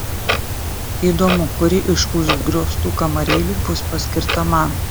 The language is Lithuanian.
įdomu kuri iš užgrioztų kamarėlių bus paskirta man